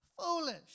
foolish